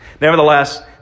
Nevertheless